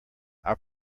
our